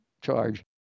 charge